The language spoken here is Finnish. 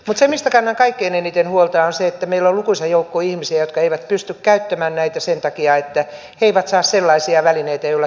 mutta se mistä kannan kaikkein eniten huolta on se että meillä on lukuisa joukko ihmisiä jotka eivät pysty käyttämään näitä sen takia että he eivät saa sellaisia välineitä joilla tunnistautua